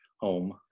home